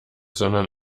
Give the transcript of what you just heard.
sondern